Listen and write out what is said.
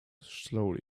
slowly